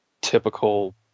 typical